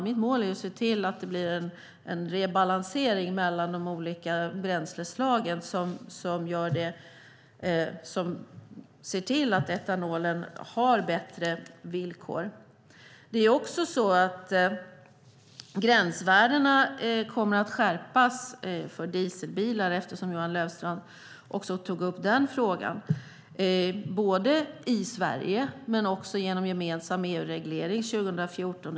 Mitt mål är att se till att det blir en rebalansering mellan de olika bränsleslagen så att etanolen får bättre villkor. Eftersom Johan Löfstrand också tog upp frågan om dieselbilar vill jag säga att gränsvärdena för dieselbilar kommer att skärpas både i Sverige och genom gemensam EU-reglering 2014.